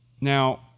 Now